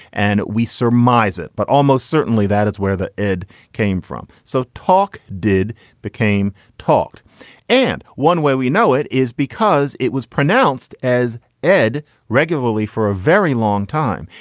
and we surmise it, but almost certainly that is where the ed came from. so talk did became taught and one way we know it is because it was pronounced as ed regularly for a very long time.